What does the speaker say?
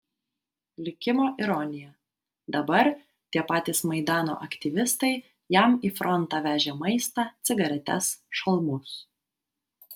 likimo ironija dabar tie patys maidano aktyvistai jam į frontą vežė maistą cigaretes šalmus